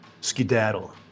skedaddle